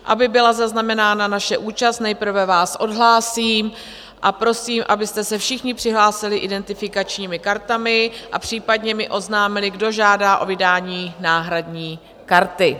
Aby byla zaznamenána naše účast, nejprve vás odhlásím a prosím, abyste se všichni přihlásili identifikačními kartami a případně mi oznámili, kdo žádá o vydání náhradní karty.